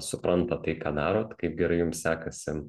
suprantat tai ką darot kaip gerai jum sekasi